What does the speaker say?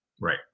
Right